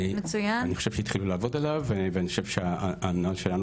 אני חושב שהתחילו לעבוד עליו ואני חושב שהנוהל שלנו